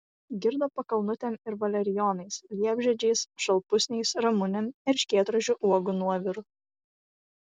girdo pakalnutėm ir valerijonais liepžiedžiais šalpusniais ramunėm erškėtrožių uogų nuoviru